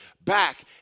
back